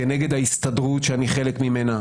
כנגד ההסתדרות שאני חלק ממנה.